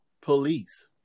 police